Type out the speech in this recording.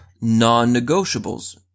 non-negotiables